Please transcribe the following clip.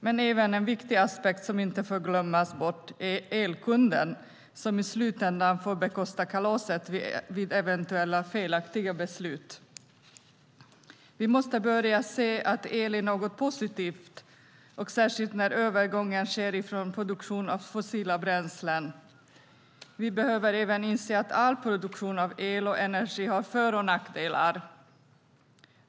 Men en viktig aspekt som inte får glömmas bort är även elkunden, som i slutändan får bekosta kalaset vid eventuella felaktiga beslut. Vi måste börja se att el är något positivt, särskilt när övergången sker från produktion av fossila bränslen. Vi behöver även inse att all produktion av el och energi har för och nackdelar.